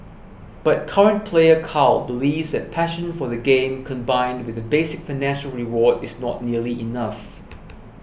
but current player Carl believes that passion for the game combined with a basic financial reward is not nearly enough